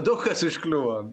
daug kas užkliuvo